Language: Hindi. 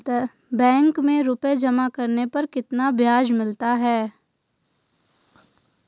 बैंक में रुपये जमा करने पर कितना ब्याज मिलता है?